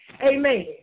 Amen